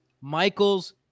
Michael's